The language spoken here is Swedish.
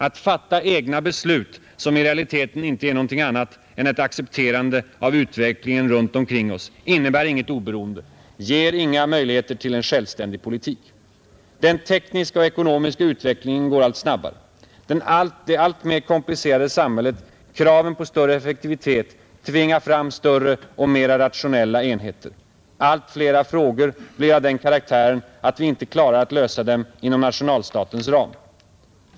Att fatta egna beslut som i realiteten inte är någonting annat än ett accepterande av utvecklingen runt omkring oss innebär inget oberoende, ger inga möjligheter till en självständig politik. Den tekniska och ekonomiska utvecklingen går allt snabbare. Det allt mera komplicerade samhället, kraven på större effektivitet tvingar fram större och mera rationella enheter. Allt flera frågor blir av den karaktären att vi inte klarar att lösa dem inom nationalstatens ram.